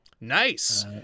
Nice